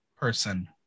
person